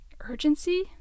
Urgency